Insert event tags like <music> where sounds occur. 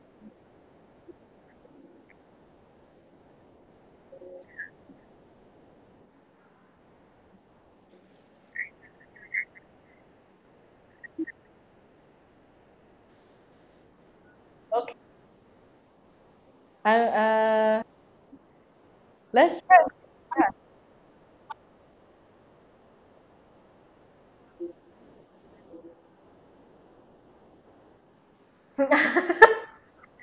okay um uh let's try try a <laughs>